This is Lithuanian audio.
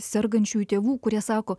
sergančiųjų tėvų kurie sako